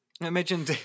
Imagine